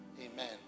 amen